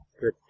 good